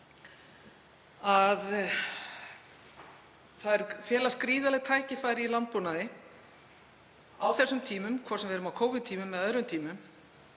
að það felast gríðarleg tækifæri í landbúnaði á þessum tímum, hvort sem við erum á Covid-tímum eða öðrum tímum.